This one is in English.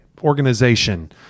organization